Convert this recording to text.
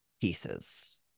pieces